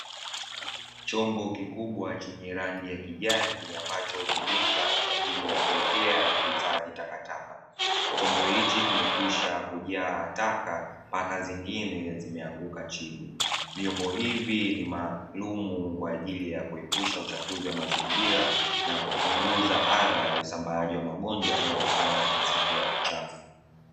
Chombo kikubwa chenye rangi ya kijani jkwa ajili ya kuwekea na kuhifadhi takataka, chombo hiki kimekwisha kujaa taka mpaka zingine zimeanguka chini, vyombo hivi ni maalumu kwa ajili ya kuepusha uchafuzi wa mazingira na kupunguza adha zinazoyokana na mazingira machafu.